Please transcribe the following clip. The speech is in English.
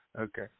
Okay